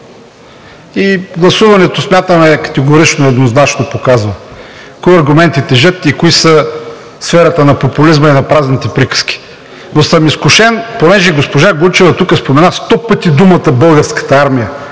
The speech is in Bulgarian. И гласуването, смятам, е категорично, еднозначно, показва кои аргументи тежат и кои са в сферата на популизма и на празните приказки, но съм изкушен, понеже госпожа Гунчева тук спомена 100 пъти думите „българската армия“.